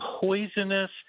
poisonous